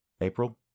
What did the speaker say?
April